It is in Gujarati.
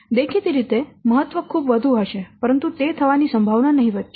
તેથી દેખીતી રીતે મહત્વ ખૂબ વધુ હશે પરંતુ તે થવાની સંભાવના નહિવત છે